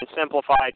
simplified